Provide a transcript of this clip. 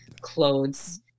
clothes